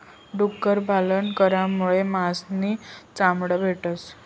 डुक्कर पालन करामुये मास नी चामड भेटस